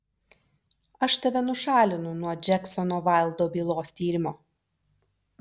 aš tave nušalinu nuo džeksono vaildo bylos tyrimo